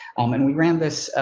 um and we ran this, ah,